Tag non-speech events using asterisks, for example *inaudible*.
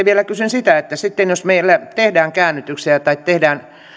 *unintelligible* vielä kysyn sitä että sitten jos meillä tehdään käännytyksiä tai tehdään